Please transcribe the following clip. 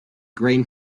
grain